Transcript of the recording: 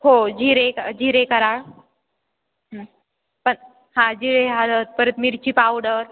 हो जिरे जिरे करा पण हा जिरे हा परत मिरची पावडर